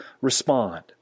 respond